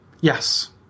Yes